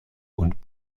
und